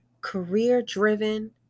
career-driven